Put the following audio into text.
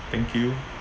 thank you